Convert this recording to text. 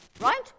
right